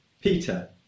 Peter